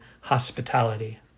hospitality